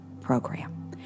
program